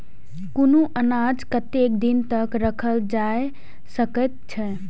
कुनू अनाज कतेक दिन तक रखल जाई सकऐत छै?